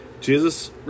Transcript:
Jesus